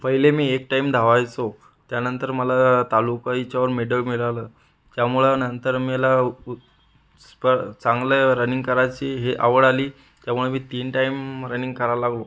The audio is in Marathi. पहिले मी एक टाईम धावायचो त्यानंतर मला तालुका हिच्यावर मेडल मिळालं त्यामुळं नंतर मला उ स्प चांगलं रनिंग करायची हे आवड आली त्यामुळे मी तीन टाईम रनिंग करायला लागलो